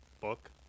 book